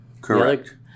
Correct